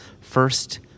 first